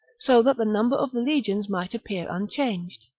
so that the number of the legions might appear unchanged.